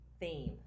theme